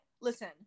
listen